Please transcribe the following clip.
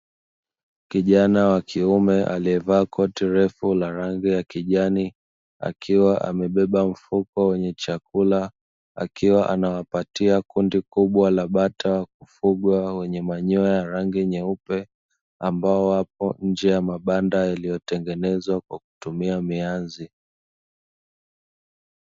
Kijana wa kiume aliyevaa koti refu la rangi ya kijani, akiwa amebeba mfuko wenye chakula, akiwa anawapatia kundi la bata wa kufugwa wenye manyoya ya rangi nyeupe, ambao wapo nje ya mabanda yaliyotengenezwa kwa kutumia mianzi.